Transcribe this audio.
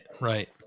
right